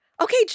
okay